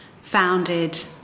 founded